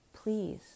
please